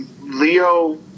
Leo